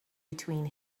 between